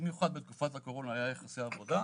במיוחד בתקופת הקורונה היה יחסי עבודה.